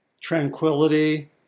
tranquility